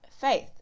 faith